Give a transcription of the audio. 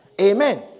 Amen